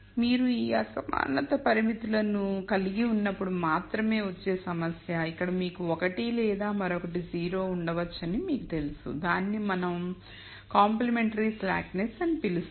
మీరు ఈ అసమానత పరిమితులను కలిగి ఉన్నప్పుడు మాత్రమే వచ్చే సమస్య ఇక్కడ మీకు ఒకటి లేదా మరొకటి 0 ఉండవచ్చని మీకు తెలుసు దానిని మనం పరిపూరకరమైన మందగింపు అని పిలుస్తాము